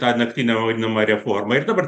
tą naktinę vadinama reformą ir dabar